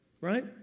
Right